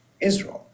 Israel